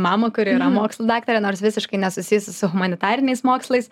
mamą kuri yra mokslų daktarė nors visiškai nesusijusi su humanitariniais mokslais